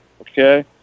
Okay